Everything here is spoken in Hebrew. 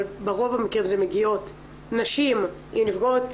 אבל ברוב המקרים זה מגיעות נשים שנפגעות,